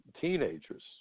teenagers